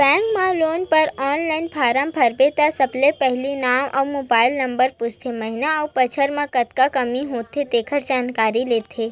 bank म loan बर online form भरबे त सबले पहिली नांव अउ मोबाईल नंबर पूछथे, महिना अउ बछर म कतका कमई होथे तेखर जानकारी लेथे